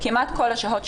כמעט כל השוהות,